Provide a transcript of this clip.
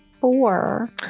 four